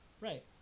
Right